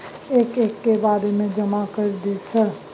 एक एक के बारे जमा कर दे सर?